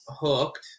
hooked